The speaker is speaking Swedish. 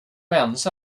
mens